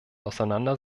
auseinander